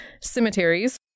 cemeteries